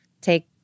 take